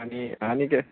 आनी आनी केस